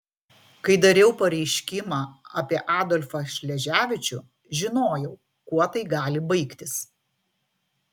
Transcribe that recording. kai dariau pareiškimą apie adolfą šleževičių žinojau kuo tai gali baigtis